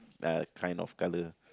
uh kind of color